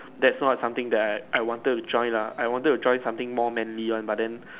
that's not something that I I wanted to join lah I wanted to join something more manly one but then